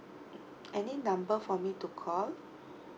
any number for me to call